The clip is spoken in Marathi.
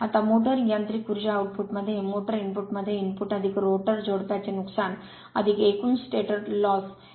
आता मोटर यांत्रिक उर्जा आउटपुट मध्ये मोटर इनपुटमध्ये इनपुट रोटर जोडप्याचे नुकसान एकूण स्टेटर तोटा